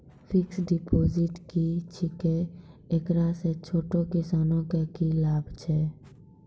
Fixed deposit की छिकै, एकरा से छोटो किसानों के की लाभ छै?